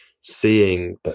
seeing